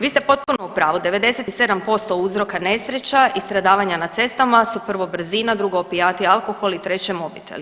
Vi ste potpuno u pravu, 97% uzroka nesreća i stradavanja na cestama su prvo brzina, drugo opijati, alkohol i treće mobiteli.